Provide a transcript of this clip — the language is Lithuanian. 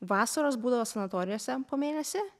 vasaros būdavo sanatorijose po mėnesį